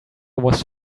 was